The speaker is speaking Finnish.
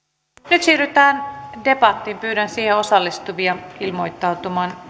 nyt siirrytään debattiin pyydän siihen osallistuvia ilmoittautumaan